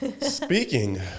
Speaking